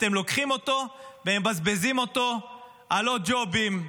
אתם לוקחים אותו ומבזבזים אותו על עוד ג'ובים,